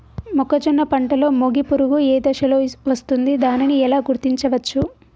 మొక్కజొన్న పంటలో మొగి పురుగు ఏ దశలో వస్తుంది? దానిని ఎలా గుర్తించవచ్చు?